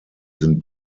sind